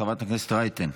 חברת הכנסת רייטן.